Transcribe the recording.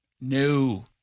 No